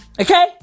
Okay